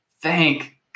thank